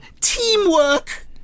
Teamwork